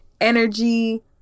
energy